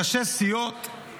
ראשי סיעות,